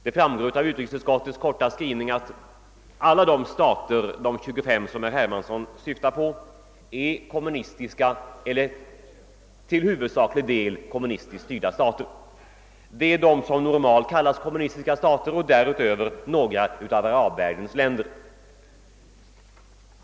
Det framgår av utrikesutskottets korta skrivning att alla de 25 stater, som herr Hermansson syftar på, är kommunistiska eller till huvudsaklig del kommunistiskt styrda stater — det är de stater som normalt kallas kommunistiska och därutöver några av arabvärldens länder.